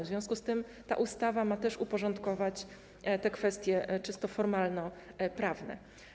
W związku z tym ta ustawa ma też uporządkować kwestie czysto formalnoprawne.